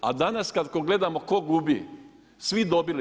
A danas kad gledamo tko gubi, svi dobili.